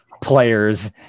players